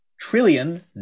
trillion